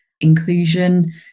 inclusion